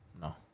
No